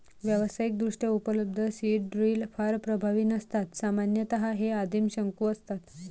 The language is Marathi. व्यावसायिकदृष्ट्या उपलब्ध सीड ड्रिल फार प्रभावी नसतात सामान्यतः हे आदिम शंकू असतात